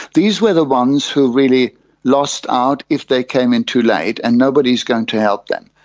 these were the ones who really lost out if they came in too late and nobody is going to help them.